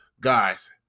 guys